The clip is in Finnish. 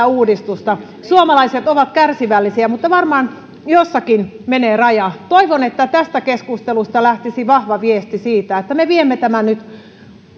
uudistusta suomalaiset ovat kärsivällisiä mutta varmaan jossakin menee raja toivon että tästä keskustelusta lähtisi vahva viesti siitä että me viemme nyt